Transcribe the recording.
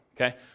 Okay